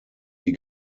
die